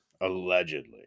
allegedly